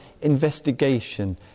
investigation